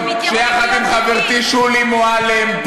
שיחד עם חברתי שולי מועלם,